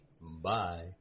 Bye